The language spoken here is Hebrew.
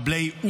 זוכרים?